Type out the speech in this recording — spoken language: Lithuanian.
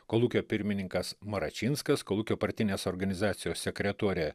kolūkio pirmininkas maračinskas kolūkio partinės organizacijos sekretorė